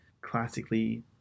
classically